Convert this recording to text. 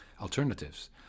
alternatives